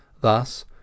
Thus